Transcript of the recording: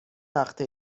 وقته